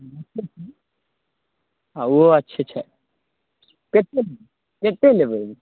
रखैत छी आ ओहो अच्छे छै कतेक दिअ कतेक लेबै ई